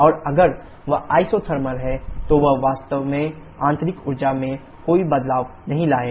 और अगर वह आइसोथर्मल है तो वह वास्तव में आंतरिक ऊर्जा में कोई बदलाव नहीं लाएगा